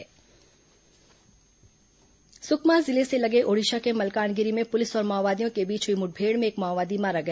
माओवादी मुठभेड़ सुकमा जिले से लगे ओड़िशा के मल्कानगिरी में पुलिस और माओवादियों के बीच हुई मुठभेड़ में एक माओवादी मारा गया